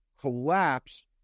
collapse